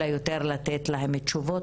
אלא יותר לתת להן תשובות,